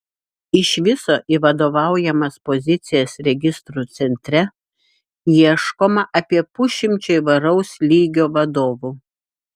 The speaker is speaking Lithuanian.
iš viso į vadovaujamas pozicijas registrų centre ieškoma apie pusšimčio įvairaus lygio vadovų